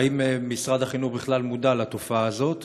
והאם משרד החינוך בכלל מודע לתופעה הזאת?